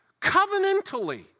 covenantally